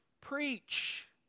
preach